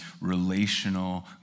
relational